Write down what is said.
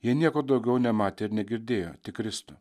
jie nieko daugiau nematė ir negirdėjo tik kristų